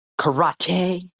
karate